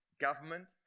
government